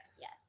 yes